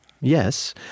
yes